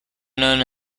known